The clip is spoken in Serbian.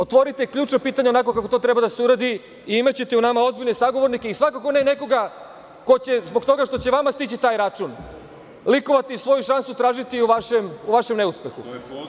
Otvorite ključna pitanja onako kako to treba da se uradi i imaćete u nama ozbiljne sagovornike i svakako ne nekoga ko će zbog toga što će vama stići taj račun likovati i svoju šansu tražiti u vašem neuspehu.